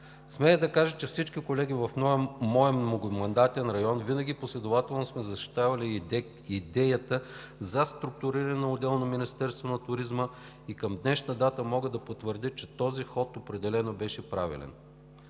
Смея да кажа, че всички колеги в моя многомандатен район винаги последователно сме защитавали идеята за структуриране на отделно Министерство на туризма и към днешна дата мога да потвърдя, че този ход определено беше правилен.